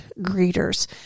greeters